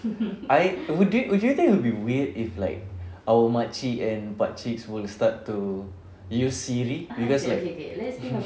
I would you would you think it'd be weird if like our makcik and pakcik were to start to use SIRI you guys like